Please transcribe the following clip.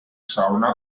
sauna